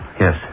Yes